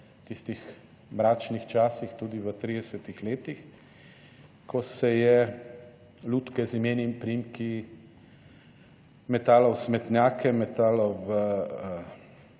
v tistih mračnih časih, tudi v tridesetih letih, ko se je lutke z imeni in priimki metalo v smetnjake, metalo